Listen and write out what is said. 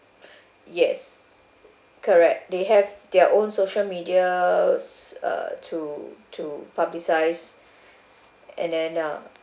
yes correct they have their own social medias uh to to publicise and then uh